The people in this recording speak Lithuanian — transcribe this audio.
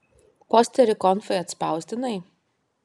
posterį konfai atspausdinai